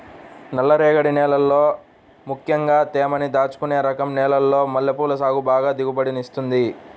నల్లరేగడి నేలల్లో ముక్కెంగా తేమని దాచుకునే రకం నేలల్లో మల్లెపూల సాగు బాగా దిగుబడినిత్తది